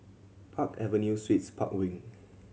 Park Avenue Suites Park Wing